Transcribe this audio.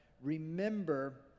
remember